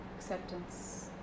acceptance